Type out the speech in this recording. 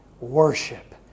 worship